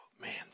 man